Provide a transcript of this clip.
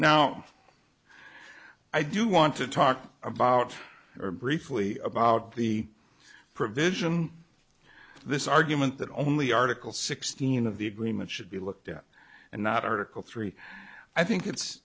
now i do want to talk about or briefly about the provision this argument that only article sixteen of the agreement should be looked at and not article three i think it's